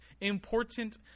important